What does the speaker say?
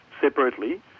separately